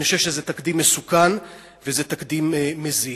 אני חושב שזה תקדים מסוכן וזה תקדים מזיק.